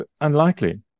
unlikely